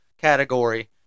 category